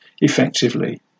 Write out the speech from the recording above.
effectively